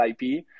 IP